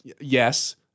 Yes